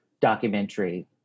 documentary